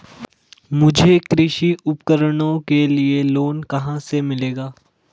मुझे कृषि उपकरणों के लिए लोन कहाँ से मिलेगा?